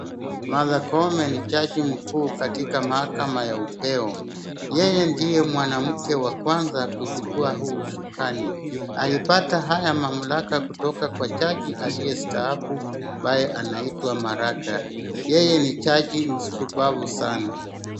Martha koome ni jaji mkuu katika mahakama ya upeo, yeye ndiye mwanamke wa kwanza kuchukua huu ushukani. Alipata haya mamlaka kutoka Kwa jaji aliyestaafu ambaye anaitwa maraga. Yeye ni jaji msupavu sana.